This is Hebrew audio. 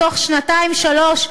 בתוך שנתיים-שלוש,